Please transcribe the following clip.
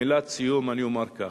מילת סיום, אני אומר כך: